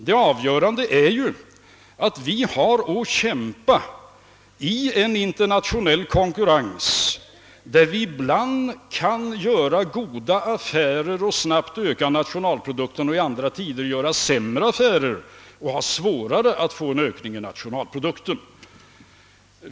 Det avgörande är ju att vi har att möta en internationell konkurrens, varvid vi ibland kan göra goda affärer och snabbt öka nationalprodukten och i andra tider göra sämre affärer och ha svårare att åstadkomma en ökning av nationalprodukten.